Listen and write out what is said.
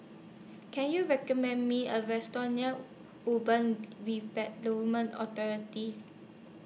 Can YOU recommend Me A Restaurant near Urban Redevelopment Authority